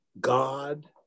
God